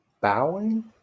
bowing